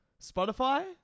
Spotify